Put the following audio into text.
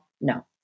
No